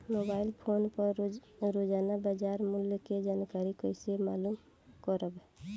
Mobile phone पर रोजाना बाजार मूल्य के जानकारी कइसे मालूम करब?